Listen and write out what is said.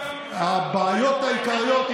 הבעיות העיקריות,